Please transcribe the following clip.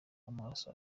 amaso